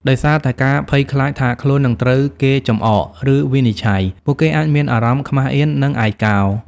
ដោយសារតែការភ័យខ្លាចថាខ្លួននឹងត្រូវគេចំអក ឬវិនិច្ឆ័យ ពួកគេអាចមានអារម្មណ៍ ខ្មាស់អៀន និង ឯកោ។